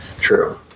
True